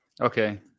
Okay